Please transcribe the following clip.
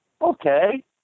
okay